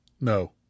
No